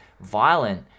violent